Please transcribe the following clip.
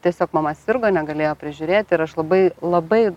tiesiog mama sirgo negalėjo prižiūrėt ir aš labai labai